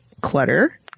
clutter